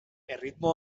erritmo